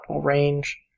range